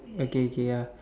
okay kay ya